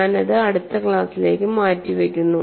ഞാൻ അത് അടുത്ത ക്ലാസിലേക്ക് മാറ്റിവയ്ക്കുന്നു